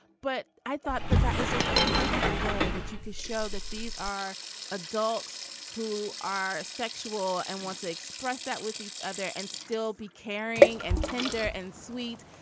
but i thought that that is just a perfect way that you can show that these are adults who are sexual and want to express that with each other and still be caring and tender and sweet.